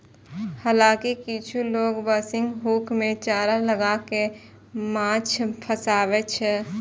हालांकि किछु लोग बंशीक हुक मे चारा लगाय कें माछ फंसाबै छै